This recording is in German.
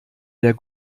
der